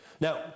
Now